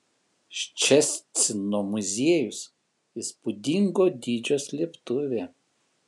ščecino muziejus įspūdingo dydžio slėptuvė